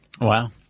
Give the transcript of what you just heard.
Wow